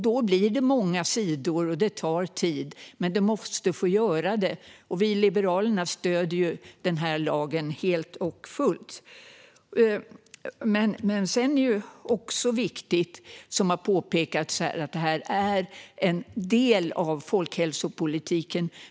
Då blir det många sidor, och det tar tid. Men det måste det få göra. Vi i Liberalerna stöder lagen helt och fullt. Det är också viktigt, som har påpekats, att detta är en del av folkhälsopolitiken.